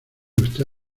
usted